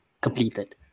completed